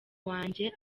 wanjye